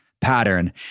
Pattern